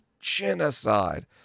genocide